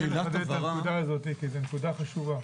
רוצה לחדד את הנקודה הזאת כי היא נקודה חשובה.